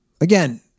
Again